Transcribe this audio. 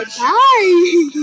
bye